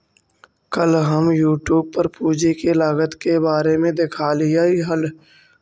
कल हम यूट्यूब पर पूंजी के लागत के बारे में देखालियइ हल